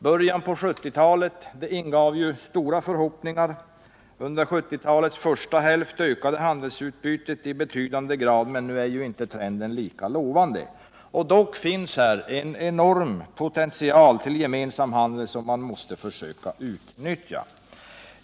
Början på 1970-talet ingav stora förhoppningar. Under 1970-talets första hälft ökade handelsutbytet i betydande grad, men nu är inte trenden lika lovande. Och dock finns här en enorm potential till gemensam handel som man måste försöka utnyttja.